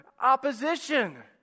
opposition